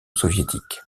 soviétique